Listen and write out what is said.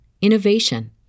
innovation